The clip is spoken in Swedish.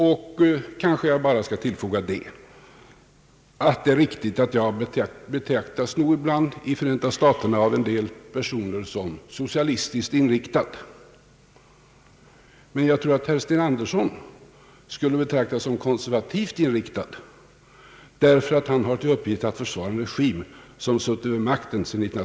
Jag kanske skall tillfoga att det är riktigt att jag nog ibland av en del personer i Förenta staterna betraktas som socialistiskt inriktad, men jag tror att herr Sten Andersson där skulle betraktas som konservativt inriktad därför att han har till uppgift att försvara en